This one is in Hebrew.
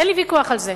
אין לי ויכוח על זה.